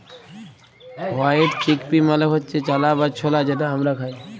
white chickpea মালে হচ্যে চালা বা ছলা যেটা হামরা খাই